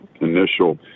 initial